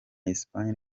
espagne